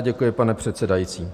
Já děkuji, pane předsedající.